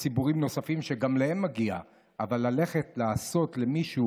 אבל אם אישה נמצאת בסכנה אמיתית והיא צריכה לצאת,